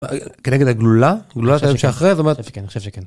כנגד הגלולה, הגלולה היום שאחרי זאת אומרת... אני חושב שכן, אני חושב שכן.